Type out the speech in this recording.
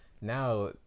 now